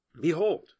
Behold